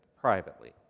privately